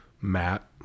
matt